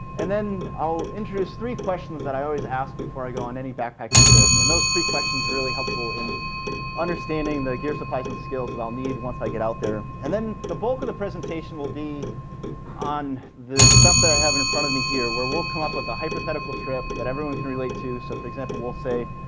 and then i'll introduce three questions that i always ask before i go on any backpacking trip. and those three questions are really helpful in understanding the gear, supplies, and skills that i'll need once i get out there. and then, the bulk of the presentation will be on this stuff that i have in front of me here, where we'll come up with a hypothetical trip that everyone can relate to. so for example, we'll say,